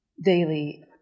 daily